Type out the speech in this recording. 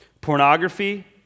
pornography